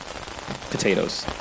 potatoes